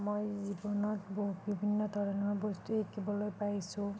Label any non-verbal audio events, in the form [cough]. মই জীৱনত [unintelligible] বিভিন্ন ধৰণৰ বস্তুয়ে শিকিবলৈ পাইছোঁ